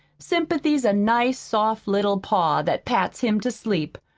sympathy's a nice, soft little paw that pats him to sleep.